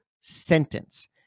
sentence